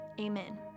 Amen